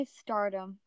stardom